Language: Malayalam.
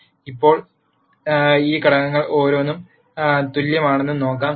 ഇപ്പോൾ ഈ ഘടകങ്ങൾ ഓരോന്നും തുല്യമാണെന്ന് നോക്കാം